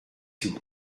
sous